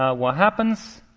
ah what happens?